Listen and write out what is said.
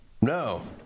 No